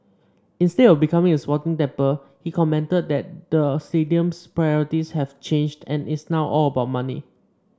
instead of becoming a sporting temple he commented that the stadium's priorities have changed and it's now all about money